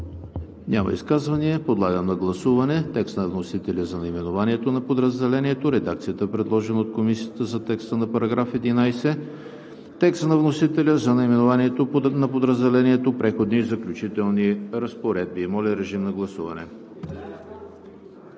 Няма. Подлагам на гласуване текста на вносителя за наименованието на подразделението: редакцията, предложена от Комисията за текста на § 11: текста на вносителя за наименованието на подразделението „Преходни и заключителни разпоредби“. Гласували